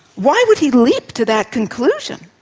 why would he leap to that conclusion?